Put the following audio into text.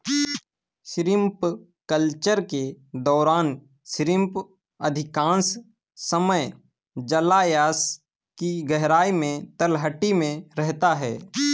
shrimp culture के दौरान shrimp अधिकांश समय जलायश की गहराई में तलहटी में रहता है